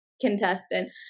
contestant